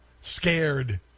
scared